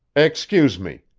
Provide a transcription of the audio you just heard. excuse me,